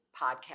podcast